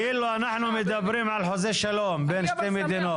כאילו אנחנו מדברים על חוזה שלום בין שתי מדינות.